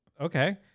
okay